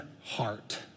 heart